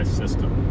system